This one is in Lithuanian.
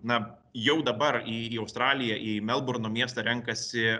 na jau dabar į į australiją į į melburno miestą renkasi